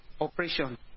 operation